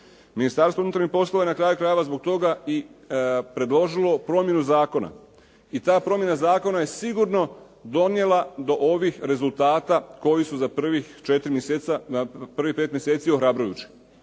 Ministarstvo unutarnjih poslova je na kraju krajeva zbog toga i predložilo promjenu zakona. I ta promjena zakona je sigurno donijela do ovih rezultata koji su za prva četiri mjeseca, prvih